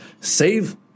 Save